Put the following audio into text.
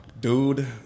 dude